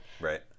Right